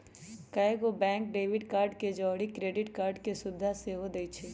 कएगो bank debit card के जौरही क्रेडिट कार्ड के सुभिधा सेहो देइ छै